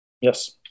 Yes